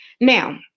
Now